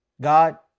God